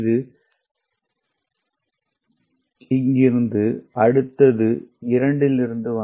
இது இங்கிருந்து அடுத்தது 2